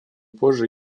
позже